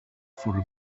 for